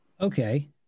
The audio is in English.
Okay